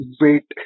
wait